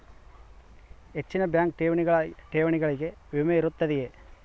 ಹೆಚ್ಚಿನ ಬ್ಯಾಂಕ್ ಠೇವಣಿಗಳಿಗೆ ವಿಮೆ ಇರುತ್ತದೆಯೆ?